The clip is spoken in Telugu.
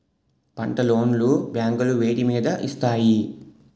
పంట లోన్ లు బ్యాంకులు వేటి మీద ఇస్తాయి?